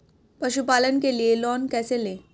पशुपालन के लिए लोन कैसे लें?